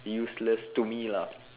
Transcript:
useless to me lah